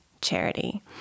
charity